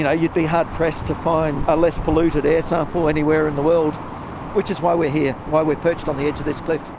yeah you'd be hard pressed to find a less polluted air sample anywhere in the world which is why we're here, why we're perched on the edge of this cliff.